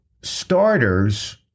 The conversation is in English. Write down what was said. starters